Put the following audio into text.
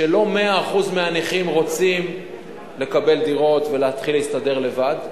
שלא 100% הנכים רוצים לקבל דירות ולהתחיל להסתדר לבד,